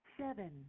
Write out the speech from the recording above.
Seven